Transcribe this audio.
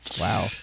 wow